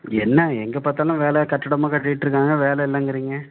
என்ன எங்கே பாத்தாலும் வேலை கட்டடமாக கட்டிகிட்டு இருக்காங்க வேலை இல்லைங்கிறீங்க